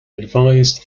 advised